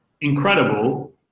incredible